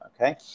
okay